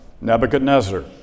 Nebuchadnezzar